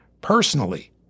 personally